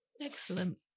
Excellent